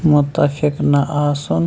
مُتفِق نہٕ آسُن